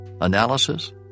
analysis